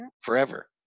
forever